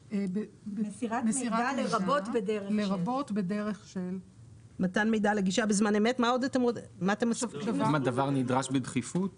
"מסירת מידע לרבות בדרך של מתן מידע בזמן אמת אם הדבר נדרש בדחיפות